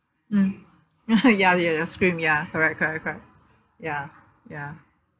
mm ya ya ya scream ya correct correct correct ya ya